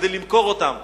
כדי למכור אותם.